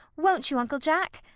won't you, uncle jack?